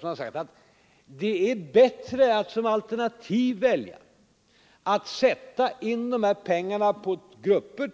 Vi har sagt att det är bättre att som alternativ välja att sätta in de här pengarna på